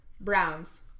Browns